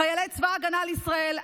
חיילי צבא ההגנה לישראל,